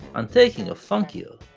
and taking a funkier,